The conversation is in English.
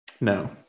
No